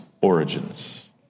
origins